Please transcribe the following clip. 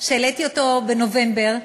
שהעליתי בנובמבר,